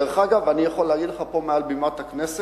דרך אגב, אני יכול להגיד לך פה מעל בימת הכנסת,